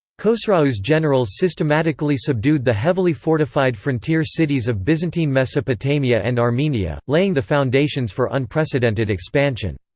khosrau's generals systematically subdued the heavily fortified frontier cities of byzantine mesopotamia and armenia, laying the foundations for unprecedented expansion.